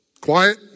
Quiet